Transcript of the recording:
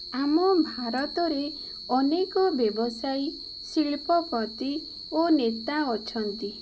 ଆମ ଭାରତରେ ଅନେକ ବ୍ୟବସାୟୀ ଶିଳ୍ପପତି ଓ ନେତା ଅଛନ୍ତି